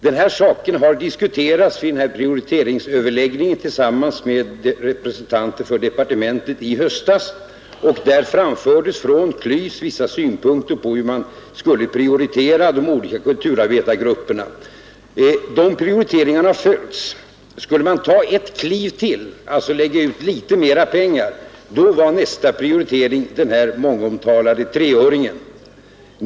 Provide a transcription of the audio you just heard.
Denna sak diskuterades i höstas vid prioriteringsöverläggningen tillsammans med representanter för departementet. Där framfördes från KLYS vissa synpunkter på hur man skulle prioritera de olika kulturarbetargrupperna. Dessa prioriteringar följs. Skulle man ta ett kliv till, alltså lägga ut litet mera pengar, var nästa prioritering den mångomtalade treöringen.